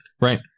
right